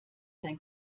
sein